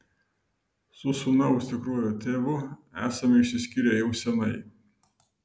su sūnaus tikruoju tėvu esame išsiskyrę jau seniai